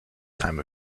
time